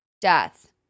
death